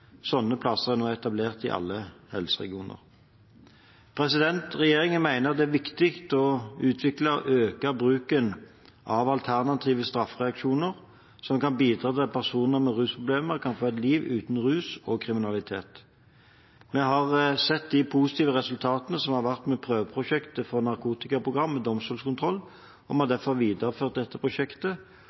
plasser er nå etablert i alle helseregioner. Regjeringen mener at det er viktig å utvikle og øke bruken av alternative straffereaksjoner som kan bidra til at personer med rusproblemer kan få et liv uten rus og kriminalitet. Vi har sett de positive resultatene av prøveprosjektet for narkotikaprogram med domstolskontroll, og vi har derfor videreført dette prosjektet.